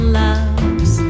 loves